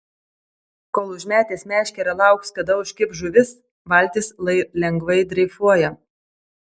kol užmetęs meškerę lauks kada užkibs žuvis valtis lai lengvai dreifuoja